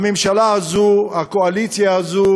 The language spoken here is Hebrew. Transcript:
הממשלה הזאת, הקואליציה הזאת